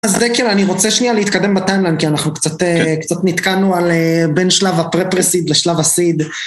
אז זה כאילו אני רוצה שנייה להתקדם בטיימינג כי אנחנו קצת נתקענו בין שלב הפרפרסיד לשלב הסיד.